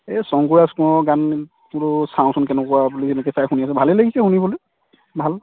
এই শংকুৰাজ কোঁৱৰৰ গানবোৰ চাওঁচোন কেনেকুৱা বুলি এনেকৈ চাই শুনি আছোঁ ভালেই লাগিছে শুনিবলৈ ভাল